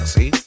See